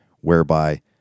whereby